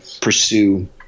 pursue